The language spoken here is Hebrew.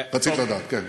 אז רצית לדעת, כן.